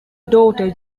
daughter